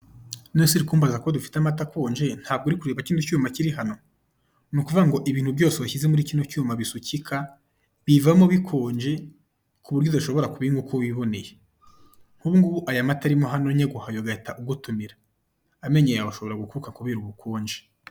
None se uri kumbaza ko dufite amata akonje ntabwo uri kureba icyuma kiri hano, nukuvugango ibintu byose washyize muri iki cyuma bisukika bivamo bikonje kuburyo udashobora kubinywa uko wiboneye, nkubungubu aya mata arimo hano nyaguhaye ugahita ugotomera, amenyo yawe ashobora gukuka kubera ubukonje.